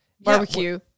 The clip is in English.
Barbecue